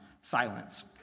silence